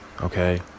okay